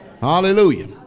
Hallelujah